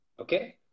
Okay